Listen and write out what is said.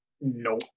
No